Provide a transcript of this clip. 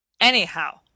Anyhow